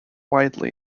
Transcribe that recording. widely